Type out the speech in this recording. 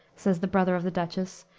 says the brother of the duchess,